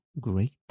great